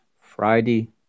Friday